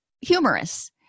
humorous